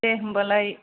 दे होनबालाय